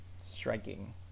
striking